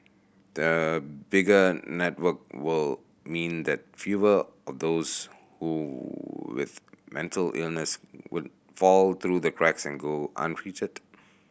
the bigger network will mean that fewer of those who with mental illness would fall through the cracks and go untreated